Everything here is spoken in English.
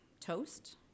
Toast